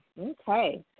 Okay